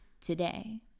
Today